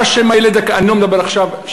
אני לא מדבר עכשיו,